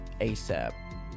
ASAP